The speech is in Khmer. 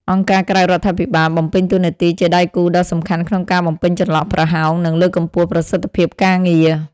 អង្គការក្រៅរដ្ឋាភិបាល បំពេញតួនាទីជាដៃគូដ៏សំខាន់ក្នុងការបំពេញចន្លោះប្រហោង និងលើកកម្ពស់ប្រសិទ្ធភាពការងារ។